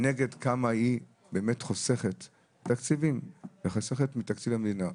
ומנגד כמה תקציבים היא חוסכת מתקציב המדינה.